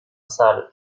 sale